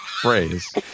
Phrase